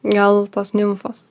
gal tos nimfos